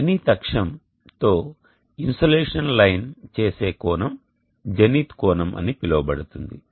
zenith అక్షము తో insolation line చేసే కోణం "జెనిత్ కోణం" అని పిలువబడుతుంది